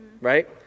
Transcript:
right